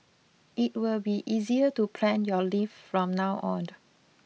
it will be easier to plan your leave from now on